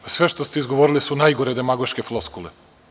Pa, sve što ste izgovorili su najgore demagoške floskule.